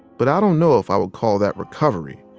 but i don't know if i would call that recovery.